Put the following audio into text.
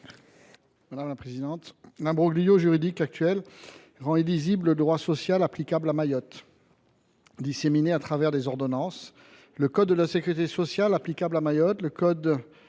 Stéphane Fouassin. L’imbroglio juridique actuel rend illisible le droit social applicable à Mayotte, disséminé à travers des ordonnances, le code de la sécurité sociale applicable à Mayotte, le code